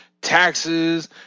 taxes